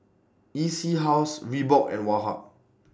E C House Reebok and Woh Hup